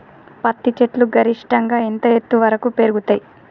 పత్తి చెట్లు గరిష్టంగా ఎంత ఎత్తు వరకు పెరుగుతయ్?